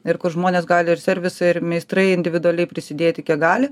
ir kur žmonės gali ir servisą ir meistrai individualiai prisidėti kiek gali